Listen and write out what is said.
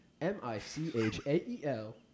M-I-C-H-A-E-L